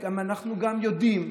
ואנחנו גם יודעים,